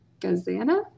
Gazana